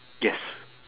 yes